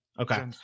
Okay